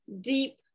deep